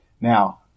Now